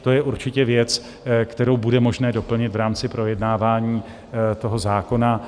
To je určitě věc, kterou bude možné doplnit v rámci projednávání toho zákona.